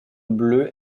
bleu